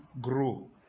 grow